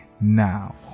now